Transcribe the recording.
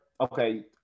okay